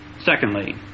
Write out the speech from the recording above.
Secondly